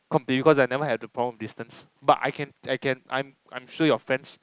compete you cause I never had the problem with distance but I can I can I'm I'm sure your friends